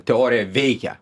teorija veikia